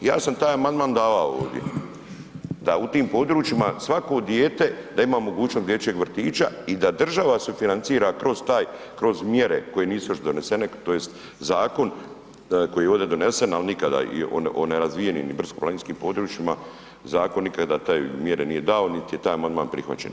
I ja sam taj amandman davao ovdje, da u tim područjima svako dijete da ima mogućnost dječjeg vrtića i da država sufinancira kroz mjere koje još nisu donesene tj. zakon koji je ovdje donesen ali nikada o nerazvijenim i brdsko-planinskim područjima zakon nikada te mjere nije dao niti je taj amandman prihvaćen.